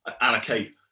allocate